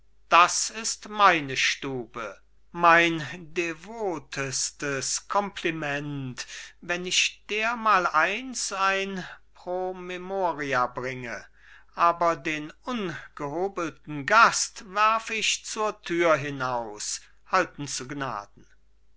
das ist meine stube mein devotestes compliment wenn ich dermaleins ein pro memoria bringe aber den ungehobelten gast werf ich zur thür hinaus halten zu gnaden